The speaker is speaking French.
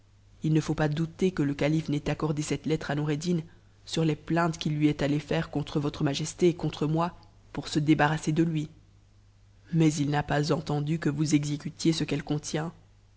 it ne faut pas douter que le calife n'ait accor cette lettre à noureddin sur tes plaintes qu'il lui est atté fairf on majesté et contre moi pour se débarrasser de lui mais il n'a pas tendu que vous exécutiez ce qu'elle contient